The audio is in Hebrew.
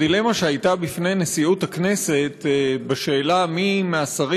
הדילמה שהייתה בפני נשיאות הכנסת בשאלה מי מהשרים